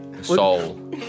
Soul